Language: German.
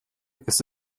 ist